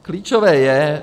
Klíčové je...